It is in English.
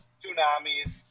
Tsunamis